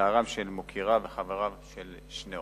ובצערם של מוקיריו וחבריו של שניאור,